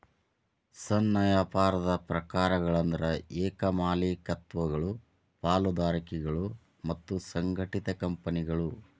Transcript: ಸಣ್ಣ ವ್ಯಾಪಾರದ ಪ್ರಕಾರಗಳಂದ್ರ ಏಕ ಮಾಲೇಕತ್ವಗಳು ಪಾಲುದಾರಿಕೆಗಳು ಮತ್ತ ಸಂಘಟಿತ ಕಂಪನಿಗಳು